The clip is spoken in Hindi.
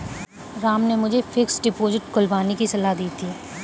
राम ने मुझे फिक्स्ड डिपोजिट खुलवाने की सलाह दी थी